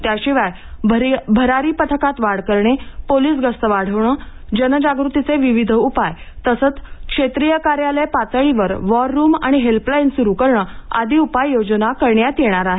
त्याशिवाय भरारी पथकात वाढ पोलिस गस्त वाढवणे जनजागृतीचे विविध उपाय तसेच क्षेत्रीय कार्यालय पातळीवर वॉररूम आणि हेल्पलाईन सुरू करणे आदी उपाययोजना करण्यात येणार आहेत